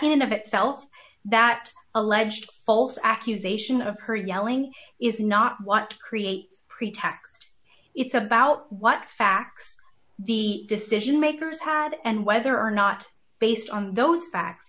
and of itself that alleged false accusation of her yelling is not what creates pretext it's about what facts the decision makers had and whether or not based on those facts